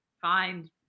find